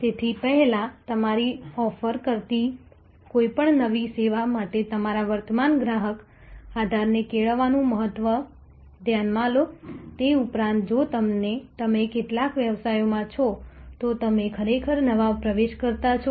તેથી પહેલા તમારી ઓફર કરતી કોઈપણ નવી સેવા માટે તમારા વર્તમાન ગ્રાહક આધારને કેળવવાનું મહત્વ ધ્યાનમાં લો તે ઉપરાંત જો તમે કેટલાક વ્યવસાયોમાં છો તો તમે ખરેખર નવા પ્રવેશકર્તા છો